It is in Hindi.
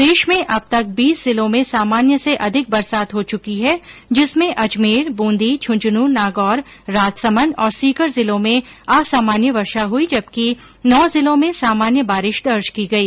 प्रदेश में अब तक बीस जिलों में सामान्य से अधिक बरसात हो चुकी है जिसमें अजमेर बूंदी झुंझुनू नागौर राजसमन्द और सीकर जिलों में असामान्य वर्षा हुई जबकि नौ जिलों में सामान्य बारिश दर्ज की गई